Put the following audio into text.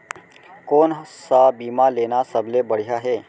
कोन स बीमा लेना सबले बढ़िया हे?